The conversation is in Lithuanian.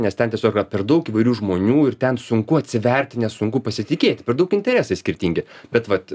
nes ten tiesiog yra per daug įvairių žmonių ir ten sunku atsiverti nes sunku pasitikėti per daug interesai skirtingi bet vat